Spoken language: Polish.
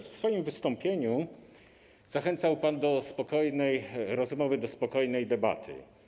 W swoim wystąpieniu zachęcał pan do spokojnej rozmowy, do spokojnej debaty.